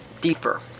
deeper